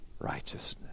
righteousness